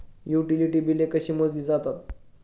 Utility बिले कशी मोजली जातात?